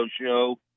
show